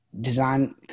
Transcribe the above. Design